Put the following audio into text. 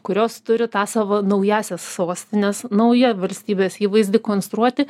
kurios turi tą savo naująsias sostines naują valstybės įvaizdį konstruoti